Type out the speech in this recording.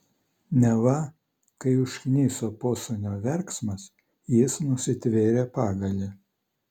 neva kai užkniso posūnio verksmas jis nusitvėrė pagalį